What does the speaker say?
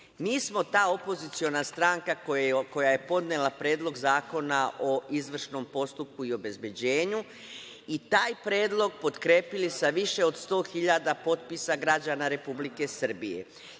Mi smo ta opoziciona stranka koja je podnela Predlog zakona o izvršnom postupku i obezbeđenju i taj predlog potkrepili sa više od 100.000 potpisa građana Republike Srbije